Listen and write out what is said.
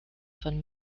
von